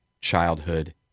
childhood